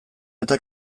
eta